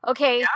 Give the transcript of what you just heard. Okay